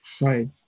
right